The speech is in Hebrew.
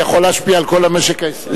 זה יכול להשפיע על כל המשק הישראלי.